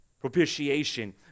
Propitiation